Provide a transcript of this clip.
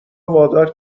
وادار